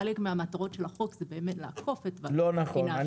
חלק מהמטרות של החוק זה באמת לאכוף --- לא נכון,